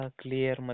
clear